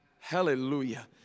hallelujah